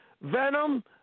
Venom